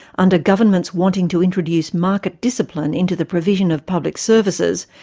under governments wanting to introduce market discipline into the provision of public services,